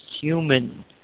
human